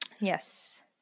Yes